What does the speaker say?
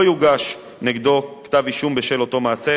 לא יוגש נגדו כתב-אישום בשל אותו מעשה,